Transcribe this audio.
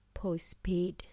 postpaid